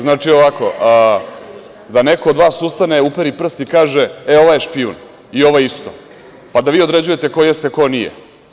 Znači, ovako, da neko od vas ustane, uperi prst i kaže – e, ovaj je špijun i ovaj isto, pa da vi određujete ko jeste, ko nije.